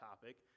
topic